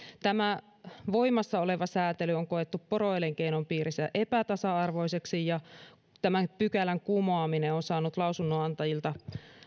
tämä voimassa oleva säätely on koettu poroelinkeinon piirissä epätasa arvoiseksi ja tämän pykälän kumoaminen on on saanut lausunnonantajilta